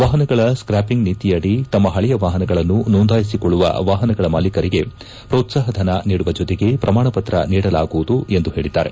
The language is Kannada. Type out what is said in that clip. ವಾಹನಗಳ ಸ್ಥಾಪಿಂಗ್ ನೀತಿಯಡಿ ತಮ್ಮ ಹಳೆಯ ವಾಹನಗಳನ್ನು ನೋಂದಾಯಿಸಿಕೊಳ್ಳುವ ವಾಹನಗಳ ಮಾಲೀಕರಿಗೆ ಪ್ರೋತ್ಸಾಹಧನ ನೀಡುವ ಜೊತೆಗೆ ಪ್ರಮಾಣ ಪತ್ರ ನೀಡಲಾಗುವುದು ಎಂದು ಹೇಳಿದ್ದಾರೆ